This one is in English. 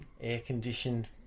air-conditioned